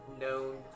known